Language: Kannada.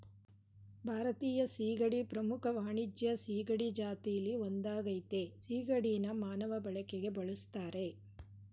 ಭಾರತೀಯ ಸೀಗಡಿ ಪ್ರಮುಖ ವಾಣಿಜ್ಯ ಸೀಗಡಿ ಜಾತಿಲಿ ಒಂದಾಗಯ್ತೆ ಸಿಗಡಿನ ಮಾನವ ಬಳಕೆಗೆ ಬಳುಸ್ತರೆ